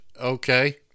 Okay